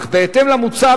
אך בהתאם למוצע,